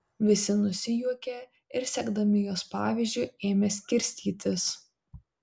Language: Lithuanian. visi nusijuokė ir sekdami jos pavyzdžiu ėmė skirstytis